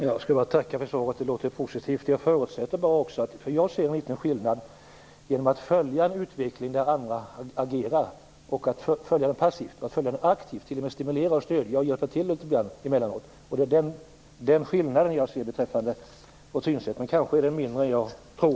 Herr talman! Jag vill tacka för svaret, som lät positivt. Jag ser dock en liten skillnad här mellan att passivt följa en utveckling där andra agerar och att aktivt följa utvecklingen och t.o.m. stimulera, stödja och emellanåt hjälpa till. Den skillnaden ser jag i våra synsätt, men kanske är den mindre än jag tror.